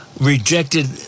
rejected